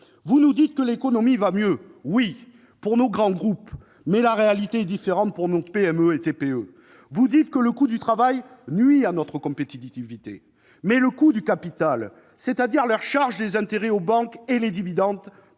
Vous nous dites que l'économie va mieux. Oui, pour nos grands groupes. Mais la réalité est différente pour nos PME et TPE ! Vous dites que le coût du travail nuit à notre compétitivité. Mais le coût du capital, c'est-à-dire la charge des intérêts aux banques et les dividendes,